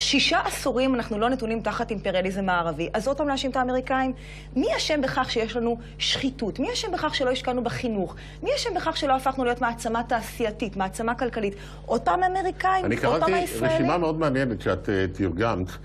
שישה עשורים אנחנו לא נתונים תחת אימפריאליזם הערבי. אז עוד פעם להאשים את האמריקאים? מי אשם בכך שיש לנו שחיתות? מי אשם בכך שלא השקענו בחינוך? מי אשם בכך שלא הפכנו להיות מעצמה תעשייתית, מעצמה כלכלית? עוד פעם האמריקאים, עוד פעם הישראלים? אני קראתי רשימה מאוד מעניינת שאת תרגמת.